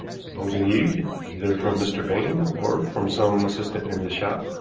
supposing eade, either from mr. baines or from some assistant in his shop,